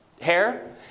hair